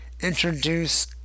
introduce